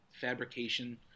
fabrication